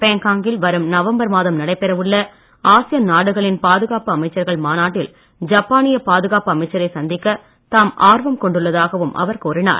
Bangkok கில் வரும் நவம்பர் மாதம் நடைபெற உள்ள ஆசியான் நாடுகளின் பாதுகாப்பு அமைச்சர்கள் மாநாட்டில் ஜப்பானிய பாதுகாப்பு அமைச்சரை சந்திக்க தாம் ஆர்வம் கொண்டுள்ளதாகவும் அவர் கூறினார்